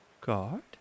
God